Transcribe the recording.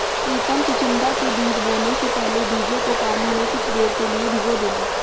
प्रितम चिचिण्डा के बीज बोने से पहले बीजों को पानी में कुछ देर के लिए भिगो देना